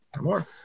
more